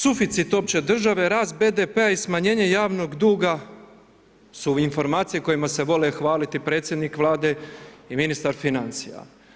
Suficit opće države, rast BDP-a i smanjenje javnog duga, su informacije kojima se vole hvaliti predsjednik Vlade i ministar financija.